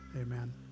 amen